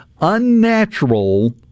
unnatural